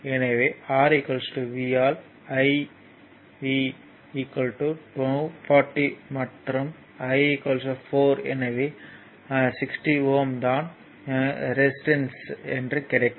எனவே R V ஆல் I V 240 மற்றும் I 4 எனவே 60 Ω தான் ரெசிஸ்டன்ஸ் ஆகும்